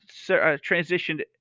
transitioned